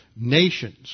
nations